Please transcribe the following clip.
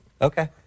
Okay